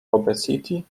obesity